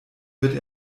wird